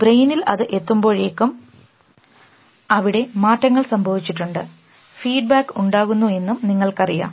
ബ്രെയിയിനിൽ അത് എത്തുമ്പോഴേക്കും അവിടെ മാറ്റങ്ങൾ സംഭവിച്ചിട്ടുണ്ട് ഫീഡ്ബാക്ക് ഉണ്ടാകുന്നു എന്നും നിങ്ങൾക്കറിയാം